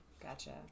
Gotcha